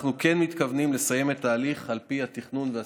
אנחנו כן מתכוונים לסיים את ההליך על פי התכנון והסיכומים.